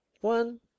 One